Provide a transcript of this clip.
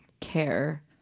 care